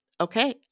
Okay